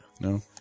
No